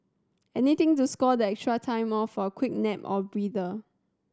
anything to score that extra time off for a quick nap or breather